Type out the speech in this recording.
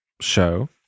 show